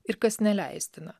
ir kas neleistina